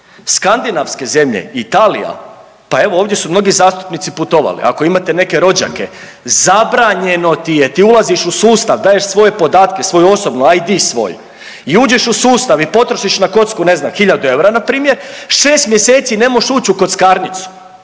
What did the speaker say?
Skandinavske zemlje, Italija, pa evo ovdje su mnogi zastupnici putovali, ako imate neke rođake, zabranjeno ti je, ti ulaziš u sustav daješ svoje podatke, svoju osobnu, IT svoj. I uđeš u sustav i potrošiš na kocku ne znam, hiljadu eura na primjer 6 mjeseci ne možeš ući u kockarnicu.